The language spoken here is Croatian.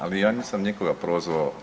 Ali ja nisam nikoga prozvao.